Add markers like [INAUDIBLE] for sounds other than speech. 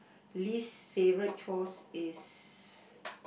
least favourite chores is [BREATH]